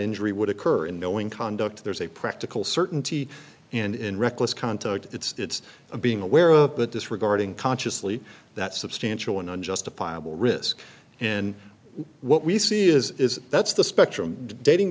injury would occur in knowing conduct there's a practical certainty and in reckless contact it's being aware of that disregarding consciously that substantial and unjustifiable risk and what we see is is that's the spectrum dating